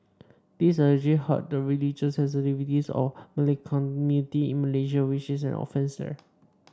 this allegedly hurt the religious sensitivities of the Malay community in Malaysia which is an offence there